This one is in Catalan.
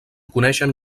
coneixen